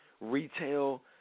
retail